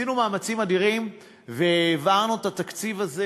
עשינו מאמצים אדירים והעברנו את התקציב הזה,